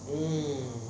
mmhmm